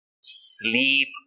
sleep